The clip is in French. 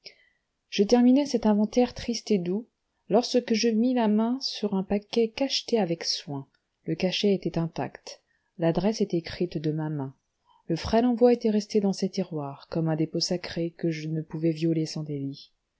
je terminais cet inventaire triste et doux lorsque je mis la main sur un paquet cacheté avec soin le cachet était intact l'adresse était écrite de ma main le frêle envoi était resté dans ces tiroirs comme un dépôt sacré que je ne pouvais violer sans délit